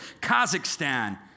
Kazakhstan